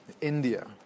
India